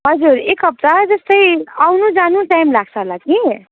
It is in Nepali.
हजुर एक हप्ता जस्तै आउनु जानु टाइम लाग्छ होला कि